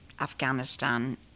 Afghanistan